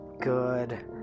good